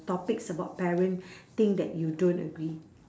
topics about parenting that you don't agree